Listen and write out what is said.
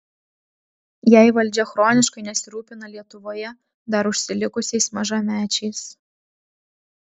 jei valdžia chroniškai nesirūpina lietuvoje dar užsilikusiais mažamečiais